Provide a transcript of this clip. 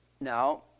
Now